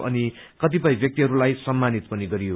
यस अवसरमा कतिपय व्यक्तिहरूलाई सम्मानित पनि गरियो